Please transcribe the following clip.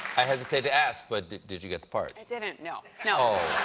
i hesitate to ask, but did did you get the part? i didn't, no, no.